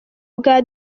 bwa